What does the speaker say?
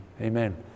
Amen